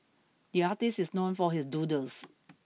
the artist is known for his doodles